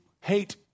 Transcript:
hate